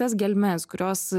tas gelmes kurios